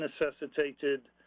necessitated